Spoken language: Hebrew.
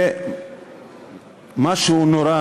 זה משהו נורא,